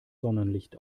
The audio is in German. sonnenlicht